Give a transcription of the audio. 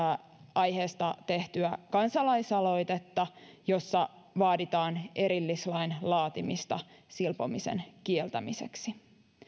aiheesta tehtyä kansalaisaloitetta jossa vaaditaan erillislain laatimista silpomisen kieltämiseksi